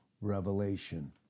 revelation